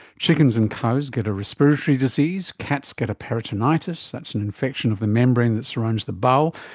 chickens and cows get a respiratory disease, cats get a peritonitis, that's an infection of the membrane that surrounds the bowel,